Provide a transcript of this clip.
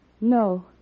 No